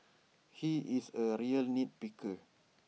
he is A real nit picker